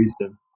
wisdom